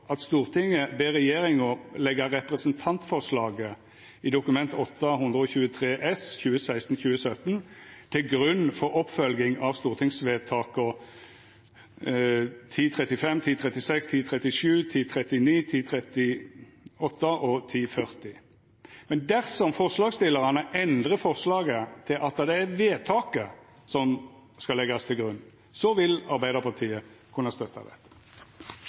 at Stortinget ber regjeringa leggja representantforslaget i Dokument 8:123 S for 2016–2017 til grunn for oppfølging av stortingsvedtaka 1035,1036, 1037, 1038, 1039 og 1040. Dersom forslagsstillarane endrar forslaget til at det er vedtaket som skal leggjast til grunn, vil Arbeidarpartiet kunna støtta